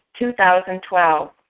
2012